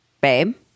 Babe